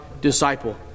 disciple